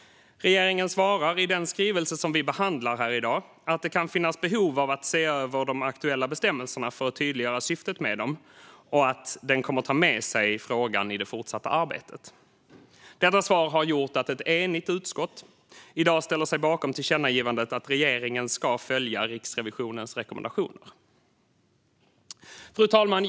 Regeringen svarar i den skrivelse som vi behandlar här i dag att det kan finnas behov av att se över de aktuella bestämmelserna för att tydliggöra syftet med dem och att man kommer att ta med sig frågan i det fortsatta arbetet. Detta svar har gjort att ett enigt utskott i dag ställer sig bakom tillkännagivandet att regeringen ska följa Riksrevisionens rekommendationer. Fru talman!